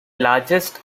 largest